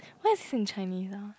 what is in Chinese ah